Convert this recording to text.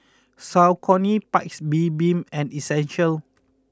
Saucony Paik's Bibim and Essential